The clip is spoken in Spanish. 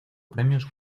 premios